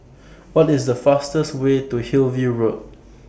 What IS The fastest Way to Hillview Road